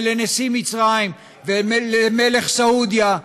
ולנשיא מצרים ולמלך סעודיה,